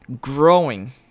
growing